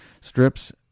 strips